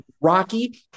Rocky